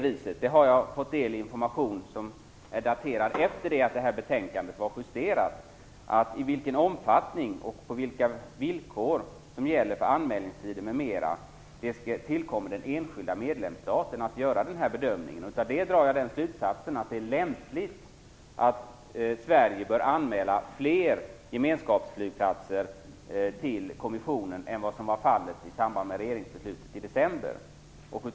Jag har fått del av information, som är daterad efter det att betänkandet var justerat, att det tillkommer den enskilda medlemsstaten att göra bedömningen av omfattningen, vilka villkor som gäller för anmälningstiden m.m. Av det drar jag slutsatsen att det är lämpligt att Sverige bör anmäla fler gemenskapsflygplatser till kommissionen än vad som var fallet i samband med regeringsbeslutet i december.